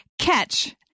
catch